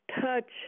Touch